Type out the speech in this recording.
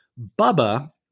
Bubba